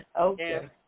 Okay